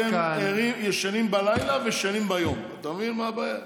אתם ישנים בלילה וישנים ביום, אתה מבין מה הבעיה?